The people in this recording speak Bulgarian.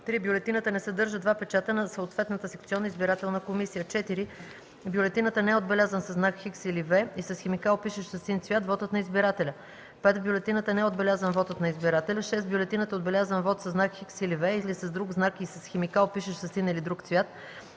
3. бюлетината не съдържа два печата на съответната секционна избирателна комисия; 4. в бюлетината не е отбелязан със знак „Х” или „V” и с химикал, пишещ със син цвят, вотът на избирателя; 5. в бюлетината не е отбелязан вотът на избирателя; 6. в бюлетината е отбелязан вот със знак „Х” или „V” или с друг знак и с химикал, пишещ със син или друг цвят,